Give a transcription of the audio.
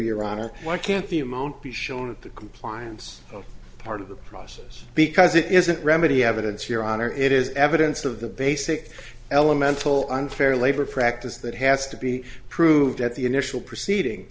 your honor why can't the amount be shown the compliance of part of the process because it isn't remedy evidence your honor it is evidence of the basic elemental unfair labor practice that has to be proved at the initial